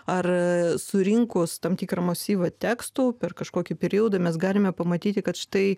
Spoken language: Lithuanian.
ar surinkus tam tikrą masyvą tekstų per kažkokį periodą mes galime pamatyti kad štai